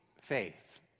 faith